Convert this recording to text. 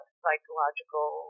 psychological